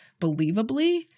believably